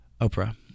Oprah